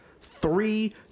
three